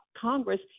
Congress